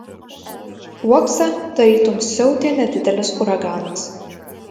uokse tarytum siautė nedidelis uraganas